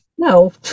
No